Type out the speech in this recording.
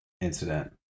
incident